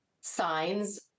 signs